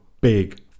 big